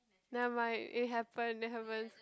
never mind it happen it happens